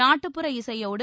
நாட்டுப்புற இசையோடு